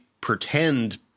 pretend